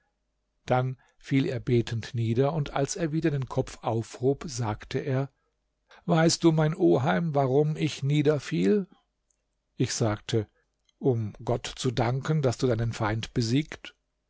dann fiel er betend nieder und als er wieder den kopf aufhob sagte er weißt du mein oheim warum ich niederfiel ich sagte um gott zu danken daß du deinen feind besiegt